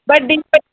बड्डी ऐ